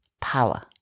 power